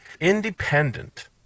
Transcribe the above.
independent